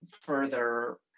further